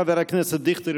חבר הכנסת דיכטר,